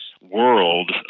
world